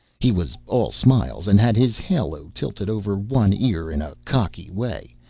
he was all smiles, and had his halo tilted over one ear in a cocky way,